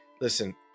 Listen